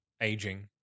aging